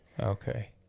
Okay